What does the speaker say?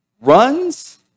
runs